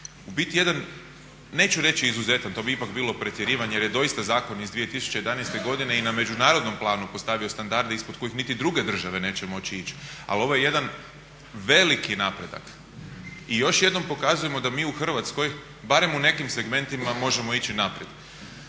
u biti jedan neću reći izuzetan, to bi ipak bilo pretjerivanje, jer je doista Zakon iz 2011. godine i na međunarodnom planu postavio standarde ispod kojih niti druge države neće moći ići. Ali ovo je jedan veliki napredak i još jednom pokazujemo da mi u Hrvatskoj barem u nekim segmentima možemo ići naprijed.